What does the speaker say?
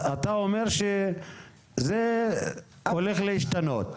אתה אומר שזה הולך להשתנות.